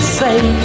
say